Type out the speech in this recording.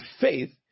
faith